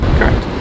Correct